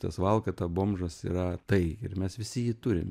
tas valkata bomžas yra tai ir mes visi jį turim